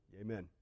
Amen